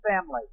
family